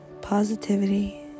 positivity